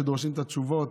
שדורשים את התשובות.